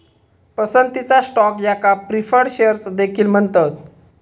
पसंतीचा स्टॉक याका preferred shares देखील म्हणतत